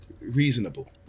reasonable